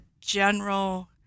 general